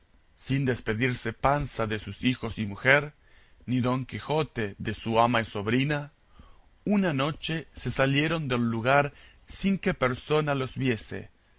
sin despedirse panza de sus hijos y mujer ni don quijote de su ama y sobrina una noche se salieron del lugar sin que persona los viese